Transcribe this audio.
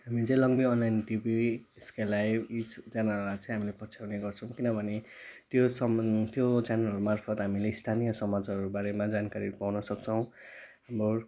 हामी चाहिँ लङभ्यू अनलाइन टिभी एसके लाइभ यी च्यानलहरूलाई चाहिँ हामी पछ्याउने गर्छौँ किनभने त्यो त्यो च्यानलहरूमार्फत हामीले स्थानीय समाचारबारेमा जानकारीहरू पाउन सक्छौँ घर